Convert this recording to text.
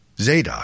Zadok